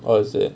oh is it